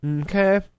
Okay